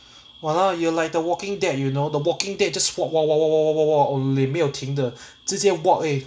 !walao! you're like the walking dead you know the walking dead just walk walk walk walk walk only 没有停的直接 walk eh